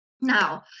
Now